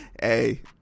hey